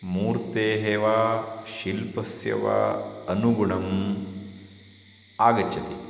मूर्तेः वा शिल्पस्य वा अनुगुणम् आगच्छति